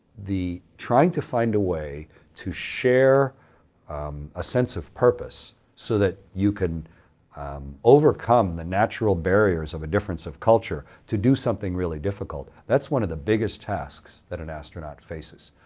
trying to find a way to share a sense of purpose so that you can overcome the natural barriers of a difference of culture to do something really difficult that's one of the biggest tasks that an astronaut faces.